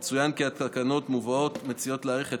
יצוין כי התקנות המובאות מציעות להאריך את